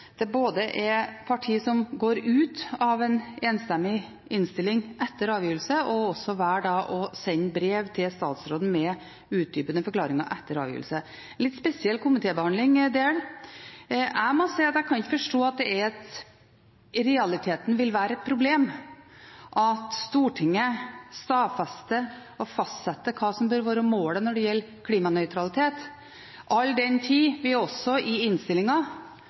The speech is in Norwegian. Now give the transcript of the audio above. som både går ut av en enstemmig innstilling etter avgivelse, og også velger å sende brev til statsråden med utdypende forklaringer etter avgivelse – en litt spesiell komitébehandling. Jeg må si at jeg kan ikke forstå at det i realiteten vil være et problem at Stortinget stadfester og fastsetter hva som bør være målet når det gjelder klimanøytralitet, all den tid vi også i